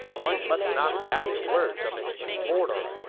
one must not doubt the words of an immortal.